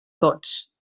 tots